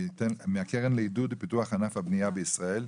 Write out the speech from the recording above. מהקרן לעידוד ופיתוח ענף הבנייה בישראל,